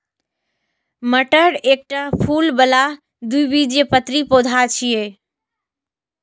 मटर एकटा फूल बला द्विबीजपत्री पौधा छियै